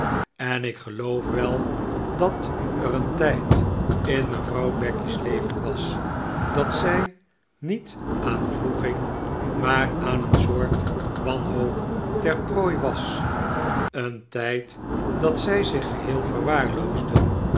en ik geloof wel dat er een tijd in mevrouw becky's leven was dat zij niet aan wroeging maar aan een soort wanhoop ter prooi was een tijd dat zij zich geheel verwaarloosde